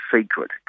secret